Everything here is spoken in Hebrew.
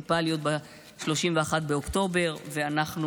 המוניציפליות ב-31 באוקטובר רק לרשימות שבהן יש ייצוג נשי.